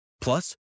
Plus